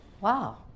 Wow